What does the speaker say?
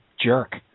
jerk